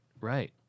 right